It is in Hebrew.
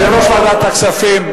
אני מכבד יושב-ראש ועדת הכספים,